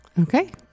Okay